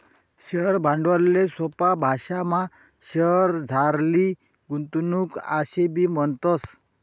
share भांडवलले सोपा भाशामा शेअरमझारली गुंतवणूक आशेबी म्हणतस